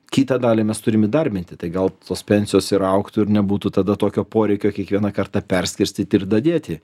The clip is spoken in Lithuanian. kitą dalį mes turim įdarbinti tai gal tos pensijos ir augtų ir nebūtų tada tokio poreikio kiekvieną kartą perskirstyt ir dadėti